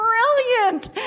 Brilliant